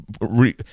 re